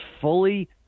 fully